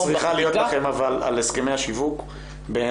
אני חושב שצריכה להיות לכם על הסכמי השיווק בעיניי,